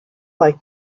like